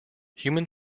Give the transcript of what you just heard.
human